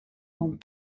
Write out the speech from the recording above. dans